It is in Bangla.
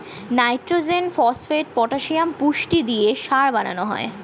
নাইট্রোজেন, ফস্ফেট, পটাসিয়াম পুষ্টি দিয়ে সার বানানো হয়